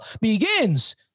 begins